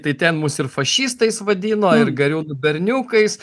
tai ten mus ir fašistais vadino ir gariūnų berniukais